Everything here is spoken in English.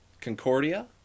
Concordia